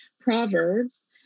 Proverbs